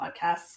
podcasts